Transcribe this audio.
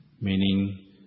meaning